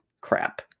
Crap